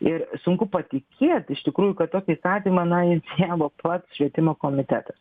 ir sunku patikėt iš tikrųjų kad tokį įstatymą na inicijavo pats švietimo komitetas